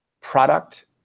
product